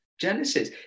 Genesis